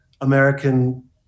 American